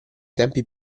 tempi